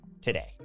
today